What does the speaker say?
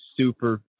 Super